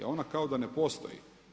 Ona kao da ne postoji.